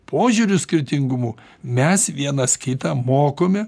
požiūrių skirtingumu mes vienas kitą mokome